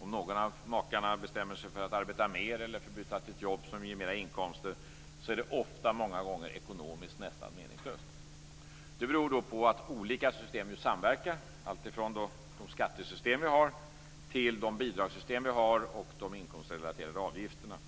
Om någon av makarna bestämmer sig för att arbeta mer eller för att byta till ett jobb som ger högre inkomster är det många gånger ekonomiskt nästan meningslöst. Det beror på att olika system samverkar, alltifrån skattesystemen till bidragssystemen och de inkomstrelaterade avgifterna.